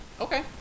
Okay